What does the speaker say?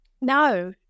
No